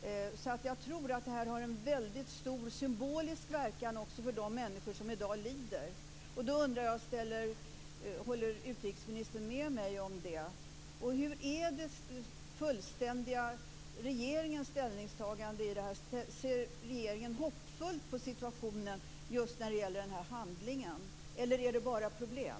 Jag tror alltså att det här har en väldigt stor symbolisk verkan för de människor som i dag lider. Håller utrikesministern med mig om det? Och hur är regeringens ställningstagande här? Ser regeringen hoppfullt på situationen just när det gäller den här handlingen eller är det bara problem?